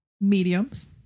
Mediums